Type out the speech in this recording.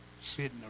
sitting